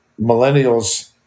millennials